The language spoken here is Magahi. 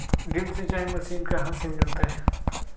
ड्रिप सिंचाई मशीन कहाँ से मिलतै?